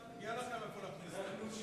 יהיה לכם איפה להכניס אותם.